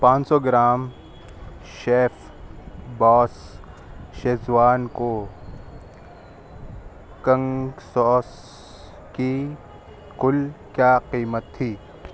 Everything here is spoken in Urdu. پانچ سو gram chef boss Schezwan cooking sauce کی کل کیا قیمت تھی